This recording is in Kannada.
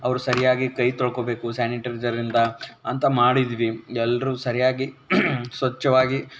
ಅವ್ರು ಸರಿಯಾಗಿ ಕೈ ತೊಳ್ಕೋಬೇಕು ಸ್ಯಾನಿಟೈಸರಿಂದ ಅಂತ ಮಾಡಿದ್ವಿ ಎಲ್ಲರೂ ಸರಿಯಾಗಿ ಸ್ವಚ್ಛವಾಗಿ